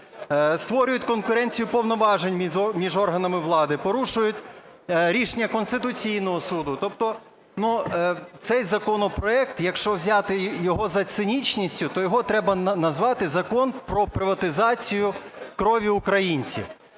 створюють конкуренцію повноважень між органами влади, порушують рішення Конституційного Суду". Тобто цей законопроект, якщо взяти його за цинічністю, то його треба назвати "закон про приватизацію крові українців".